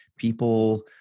people